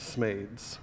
Smades